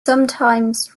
sometimes